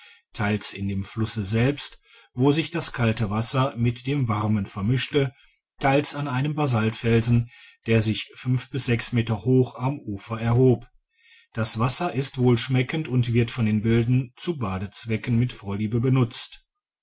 teils in dem flusse selbst wo sich das kalte wasser mit dem warmen vermischte teils an einem basaltfelsen der sich fünf bis sechs meter hoch am ufer erhob das wasser ist wohlschmeckend und wird von den wilden zu badezwecken mit vorliebe benutzt